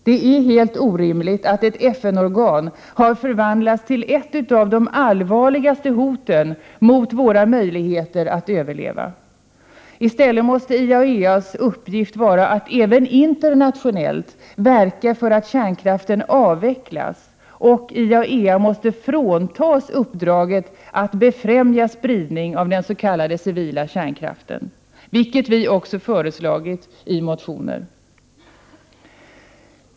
Det är helt orimligt att ett FN-organ har förvandlats till ett av de allvarligaste hoten mot våra möjligheter att överleva. I stället måste IAEA:s uppgift vara att även internationellt verka för att kärnkraften avvecklas, och IAEA måste fråntas uppdraget att främja spridningen av den s.k. civila kärnkraften, vilket vi också föreslagit i motioner.